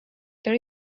there